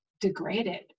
degraded